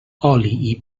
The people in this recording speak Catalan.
oli